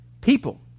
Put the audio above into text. people